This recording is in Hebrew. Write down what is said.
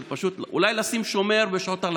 פשוט אולי לשים שומר בשעות הלחץ?